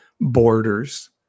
borders